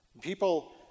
People